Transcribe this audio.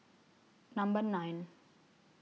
Number nine